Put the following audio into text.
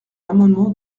amendement